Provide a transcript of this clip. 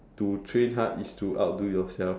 to train hard is to outdo yourself